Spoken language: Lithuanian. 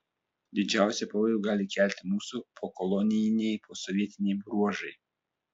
didžiausią pavojų gali kelti mūsų pokolonijiniai posovietiniai bruožai